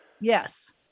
Yes